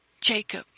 Jacob